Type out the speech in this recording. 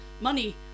money